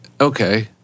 okay